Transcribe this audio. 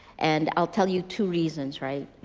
and i'll tell you two reasons, right?